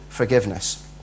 Forgiveness